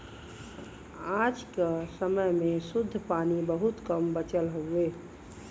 आज क समय में शुद्ध पानी बहुत कम बचल हउवे